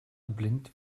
blind